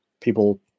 people